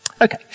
Okay